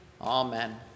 Amen